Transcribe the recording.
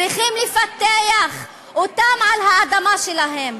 צריכים לפתח אותם על האדמה שלהם,